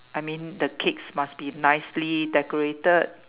I mean the cakes must be nicely decorated